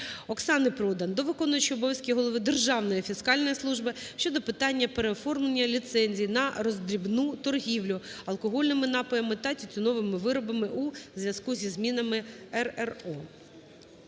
Оксани Продан до виконуючого обов'язки голови Державної фіскальної служби України щодо питання переоформлення ліцензій на роздрібну торгівлю алкогольними напоями та тютюновими виробами у зв'язку із змінами РРО.